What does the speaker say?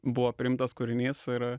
buvo priimtas kūrinys ir